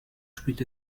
spielte